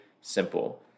simple